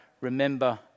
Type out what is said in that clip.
remember